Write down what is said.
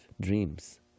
dreams